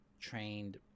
trained